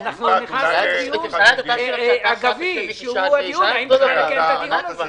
בכנסת הקודמת עברו תקנות ההוצאות הישירות בוועדת כספים זמנית,